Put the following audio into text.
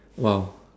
!wow!